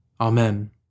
Amen